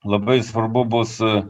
labai svarbu bus